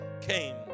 came